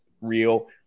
real